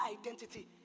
identity